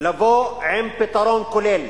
לבוא עם פתרון כולל,